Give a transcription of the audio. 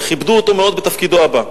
כיבדו אותו מאוד בתפקידו הבא.